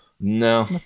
No